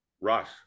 Ross